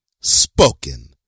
Spoken